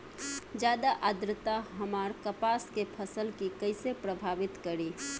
ज्यादा आद्रता हमार कपास के फसल कि कइसे प्रभावित करी?